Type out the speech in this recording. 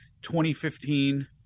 2015